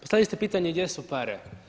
Postavili ste pitanje, gdje su pare.